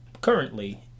currently